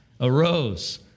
arose